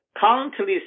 countless